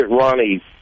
Ronnie